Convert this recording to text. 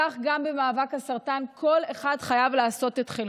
כך גם במאבק בסרטן, כל אחד חייב לעשות את חלקו.